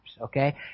okay